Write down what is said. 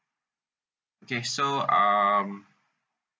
okay so um